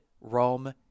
Rome